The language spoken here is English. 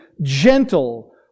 gentle